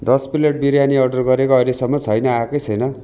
दस plate biryani order गरेको अहिलेसम्म छैन आएकै छैन